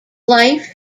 life